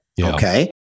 Okay